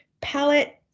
palette